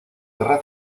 guerra